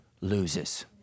loses